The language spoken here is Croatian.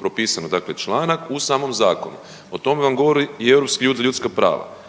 propisanu dakle članak u samom zakonu. O tome vam govori i Europski sud za ljudska prava